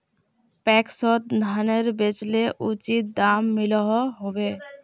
पैक्सोत धानेर बेचले उचित दाम मिलोहो होबे?